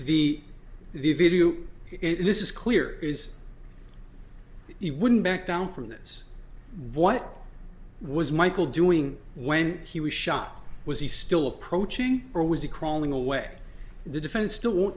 this is is clear he wouldn't back down from this what was michael doing when he was shot was he still approaching or was it crawling away the defense still won't